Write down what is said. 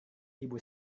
ibu